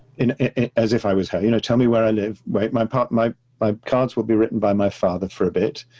as if i was her, you know, tell me where i live. wait, my part, my my cards will be written by my father for a bit.